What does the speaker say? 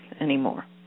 anymore